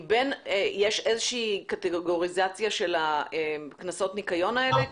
יש איזה שהיא קטגוריזציה של קנסות הניקיון האלה,